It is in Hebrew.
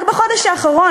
רק בחודש האחרון,